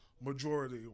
majority